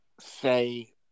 say